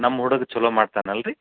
ನಮ್ಮ ಹುಡ್ಗ ಚೊಲೋ ಮಾಡ್ತಾನಲ್ರಿ